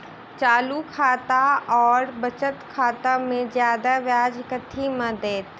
चालू खाता आओर बचत खातामे जियादा ब्याज कथी मे दैत?